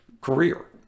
career